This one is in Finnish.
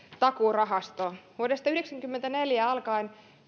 takuurahastosta vuodesta yhdeksänkymmentäneljä alkaen